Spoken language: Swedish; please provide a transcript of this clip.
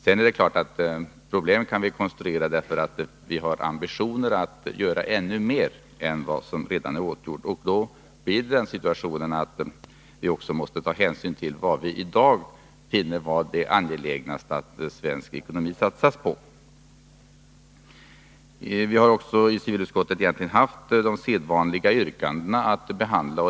Sedan är det klart att problem kan konstrueras därför att vi har ambitionen att åstadkomma ännu mer än vad som redan är åtgjort, och då blir situationen den att vi också måste ta hänsyn till vad vi i dag finner vara mest angeläget att satsa på i svensk ekonomi. Vi har i civilutskottet haft att behandla sedvanliga yrkanden.